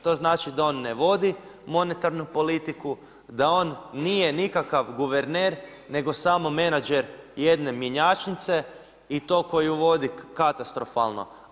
To znači da o ne vodi monetarnu politiku, da on nije nikakav guverner, nego samo menadžer jedne mjenjačnice i to koji vodi katastrofalno.